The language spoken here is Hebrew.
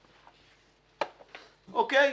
אוקיי?